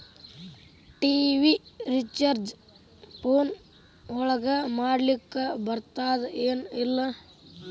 TV recharge phone ಒಳಗ ಮಾಡ್ಲಿಕ್ ಬರ್ತಾದ ಏನ್ ಇಲ್ಲ?